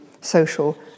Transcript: social